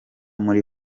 muri